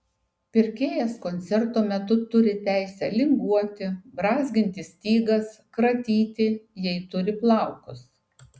pirkėjas koncerto metu turi teisę linguoti brązginti stygas kratyti jei turi plaukus